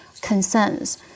concerns